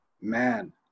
Man